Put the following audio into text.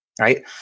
right